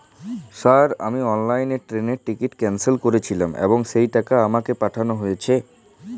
Sir আমি অনলাইনে ট্রেনের টিকিট ক্যানসেল করেছিলাম এবং সেই টাকা আমাকে পাঠানো হয়েছে?